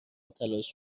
تلاش